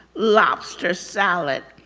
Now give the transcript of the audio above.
lobster salad,